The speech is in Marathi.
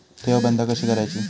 ठेव बंद कशी करायची?